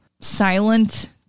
silent